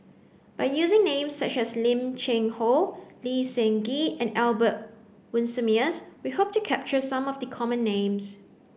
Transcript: by using names such as Lim Cheng Hoe Lee Seng Gee and Albert Winsemius we hope to capture some of the common names